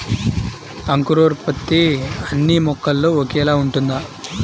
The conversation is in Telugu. అంకురోత్పత్తి అన్నీ మొక్కలో ఒకేలా ఉంటుందా?